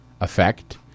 effect